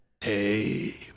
Hey